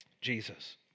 Jesus